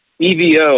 EVO